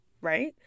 right